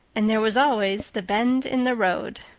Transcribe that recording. and there was always the bend in the road!